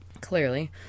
clearly